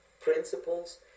principles